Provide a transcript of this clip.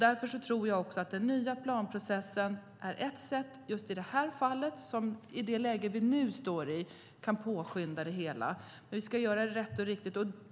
Därför tror jag att den nya planprocessen är ett sätt som i detta fall i det läge vi nu står i kan påskynda det hela. Men vi ska göra det rätt och riktigt.